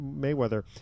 Mayweather